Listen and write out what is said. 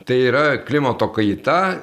tai yra klimato kaita